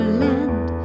land